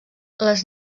les